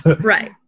Right